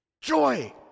joy